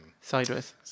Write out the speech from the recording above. Sideways